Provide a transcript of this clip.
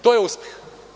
To je uspeh.